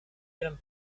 gran